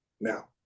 now